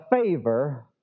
favor